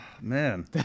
man